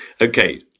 Okay